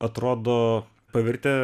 atrodo pavirtę